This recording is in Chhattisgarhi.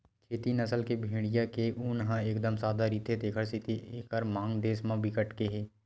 खेरी नसल के भेड़िया के ऊन ह एकदम सादा रहिथे तेखर सेती एकर मांग देस म बिकट के हे